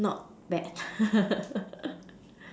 not bad